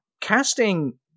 casting